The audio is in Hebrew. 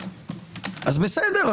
בסדר,